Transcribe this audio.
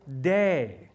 day